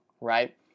right